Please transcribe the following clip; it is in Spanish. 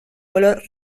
color